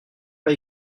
pas